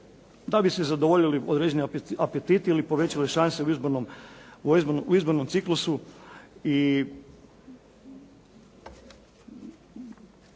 da bi se zadovoljili određeni apetiti ili povećale šanse u izbornom ciklusu